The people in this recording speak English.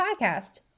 Podcast